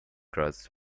crust